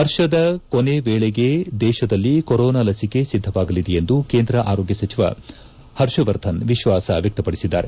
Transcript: ವರ್ಷದ ಕೊನೆ ವೇಳೆಗೆ ದೇಶದಲ್ಲಿ ಕೊರೋನಾ ಲಸಿಕೆ ಸಿದ್ದವಾಗಲಿದೆ ಎಂದು ಕೇಂದ್ರ ಆರೋಗ್ಯ ಸಚಿವ ಹರ್ಷವರ್ಧನ್ ವಿಶ್ವಾಸ ವ್ಯಕ್ತಪದಿಸಿದ್ದಾರೆ